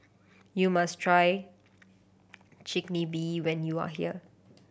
you must try Chigenabe when you are here